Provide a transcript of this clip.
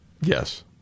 Yes